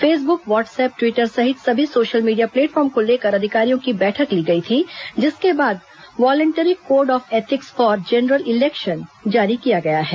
Facebook WhatsApp Twitter सहित सभी social media platform को लेकर अधिकारियों की बैठक ली गई थी जिसके बाद voluntary code of ethics for general election जारी किया गया है